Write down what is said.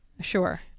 sure